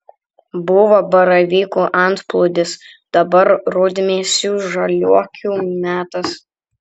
buvo baravykų antplūdis dabar rudmėsių žaliuokių metas